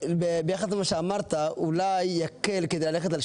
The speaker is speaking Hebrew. אומר לך כרגע ארז רוזנבוך שיש